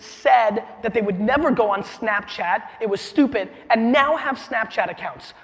said that they would never go on snapchat? it was stupid and now have snapchat accounts?